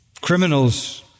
criminals